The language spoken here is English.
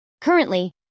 Currently